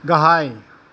गाहाय